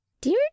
Dear